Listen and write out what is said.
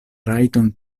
rajton